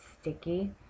sticky